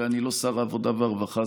הרי אני לא שר העבודה והרווחה,